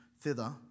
thither